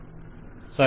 vendor సరే